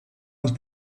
und